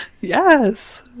Yes